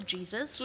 Jesus